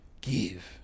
give